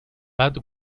bad